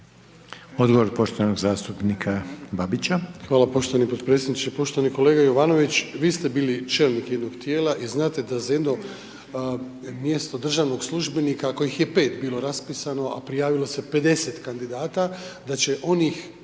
odgovor poštovanog zastupnika Babića.